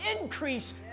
increase